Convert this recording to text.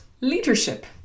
Leadership